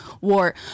war